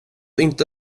inte